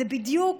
זה בדיוק